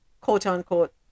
quote-unquote